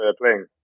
playing